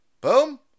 Boom